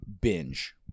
binge